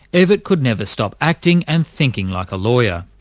evatt could never stop acting and thinking like a lawyer,